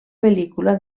pel·lícula